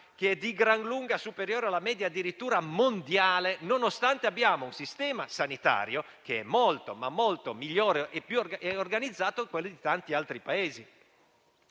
di gran lunga superiore alla media addirittura mondiale, nonostante abbiamo un sistema sanitario decisamente molto migliore e più organizzato di quelli di tanti altri Paesi?